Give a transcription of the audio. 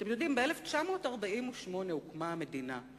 אתם יודעים, ב-1948 הוקמה המדינה.